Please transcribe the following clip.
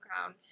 crown